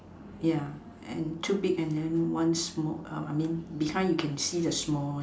yeah and two big and then one small behind you can see the small one